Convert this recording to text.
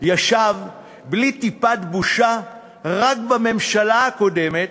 ישב בלי טיפת בושה בממשלה הקודמת,